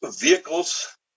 vehicles